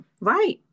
Right